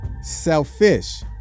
selfish